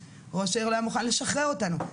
מורים-ראש העיר לא היה מוכן לשחרר אותנו.